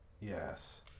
Yes